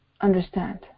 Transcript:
Understand